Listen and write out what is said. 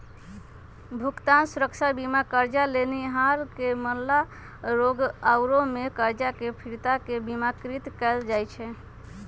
भुगतान सुरक्षा बीमा करजा लेनिहार के मरला, रोग आउरो में करजा के फिरता के बिमाकृत कयल जाइ छइ